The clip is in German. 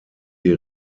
die